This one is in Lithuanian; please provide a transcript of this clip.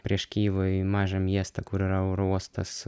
prieš kijevą į mažą miestą kur yra oro uostas